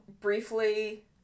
briefly